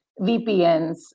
VPNs